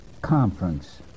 Conference